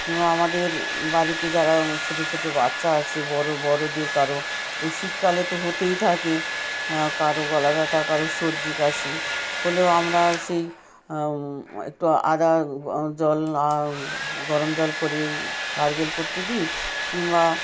কিংবা আমাদের বাড়িতে যারা ছোটো ছোটো বাচ্চা আছে বড়ো বড়োদের কারও এই শীতকালে তো হতেই থাকে কারও গলা ব্যথা কারও সর্দি কাশি হলেও আমরা সেই একটু আদা জল গরম জল করি গারগেল করতে দিই কিংবা